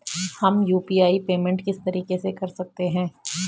हम UPI payment किस तरीके से कर सकते हैं?